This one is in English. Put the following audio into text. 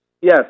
Yes